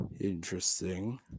Interesting